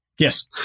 Yes